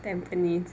tampines